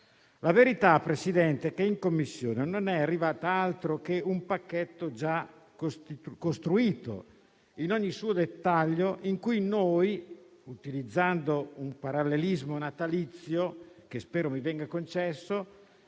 la verità è che in Commissione non è arrivato altro che un pacchetto già costruito in ogni suo dettaglio, in cui noi - utilizzando un parallelismo natalizio, che spero mi venga concesso